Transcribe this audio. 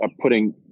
putting